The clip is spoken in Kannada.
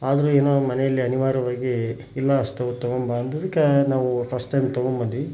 ಆದರೆ ನಾವು ಮನೆಯಲ್ಲಿ ಅನಿವಾರ್ಯವಾಗಿ ಇಲ್ಲ ಸ್ಟೌವ್ ತೊಗೊಂಡ್ಬಾ ಅಂದಿದ್ದಕ್ಕೆ ನಾವು ಫಸ್ಟ್ ಟೈಮ್ ತೊಗೊಂಡ್ಬಂದ್ವಿ